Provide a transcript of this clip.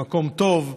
במקום טוב.